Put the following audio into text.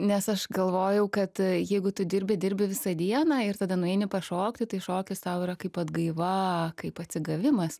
nes aš galvojau kad jeigu tu dirbi dirbi visą dieną ir tada nueini pašokti tai šokis tau yra kaip atgaiva kaip atsigavimas